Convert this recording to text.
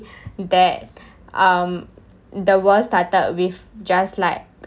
that um the world started with just like